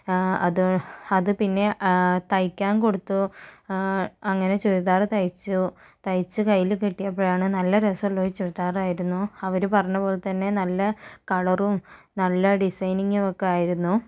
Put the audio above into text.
ആ അത് അത് പിന്നെ തയ്ക്കാൻ കൊടുത്തു അങ്ങനെ ചുരിദാറ് തയ്ച്ചു തയ്ച്ച് കയ്യില് കിട്ടിയപ്പോഴാണ് നല്ല രസമുള്ള ഒരു ചുരിദാറായിരുന്നു അവര് പറഞ്ഞ പോലെ തന്നെ നല്ല കളറും നല്ല ഡിസൈനിങ്ങും ഒക്കെയായിരുന്നു